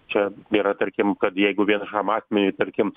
čia yra tarkim kad jeigu vienišam asmeniui tarkim